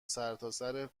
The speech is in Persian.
سرتاسر